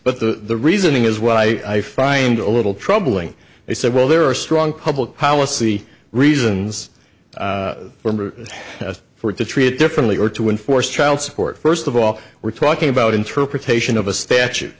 but the reasoning is what i find a little troubling they said well there are strong public policy reasons as for to treat it differently or to enforce child support first of all we're talking about interpretation of a statu